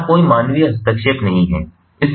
यहाँ कोई मानवीय हस्तक्षेप नहीं है